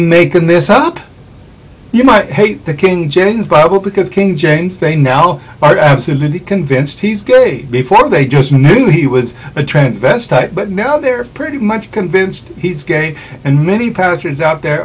making this up you might hate the king james bible because king james they now are absolutely convinced he's gay before they just knew he was a transvestite but now they're pretty much convinced he's gay and and many pastors out there